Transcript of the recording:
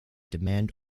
demand